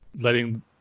letting